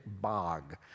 bog